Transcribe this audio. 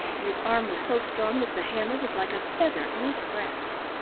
and his arm was so strong that the hammer was like a feather in his grasp.